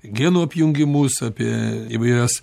genų apjungiamus apie įvairias